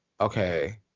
okay